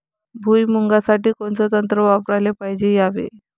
भुइमुगा साठी कोनचं तंत्र वापराले पायजे यावे?